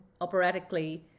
operatically